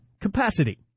capacity